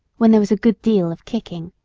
when there was a good deal of kicking,